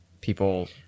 people